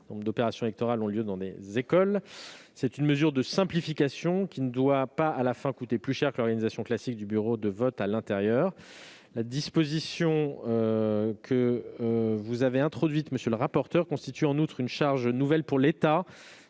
nombre d'opérations électorales ont lieu dans des écoles. C'est une mesure de simplification qui ne doit pas coûter plus cher que l'organisation classique du bureau de vote à l'intérieur. La disposition que vous avez introduite à cet alinéa, monsieur le rapporteur, constitue en revanche une charge nouvelle pour l'État,